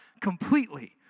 completely